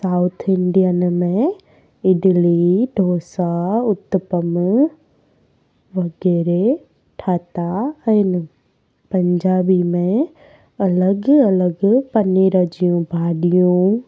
Indian में इडली डोसा उत्तपम वग़ैरह ठाहिया आहिनि पंजाबी में अलॻि अलॻि पनीर जूं भाॼियूं